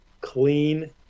clean